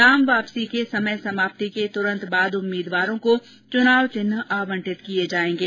नाम वापसी के समय समाप्ति के तुरंत बाद उम्मीदवारों को चुनाव चिन्ह आवंटित किये जायेंगे